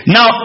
Now